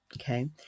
Okay